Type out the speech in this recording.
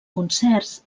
concerts